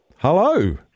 Hello